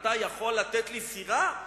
אתה יכול לתת לי סירה?'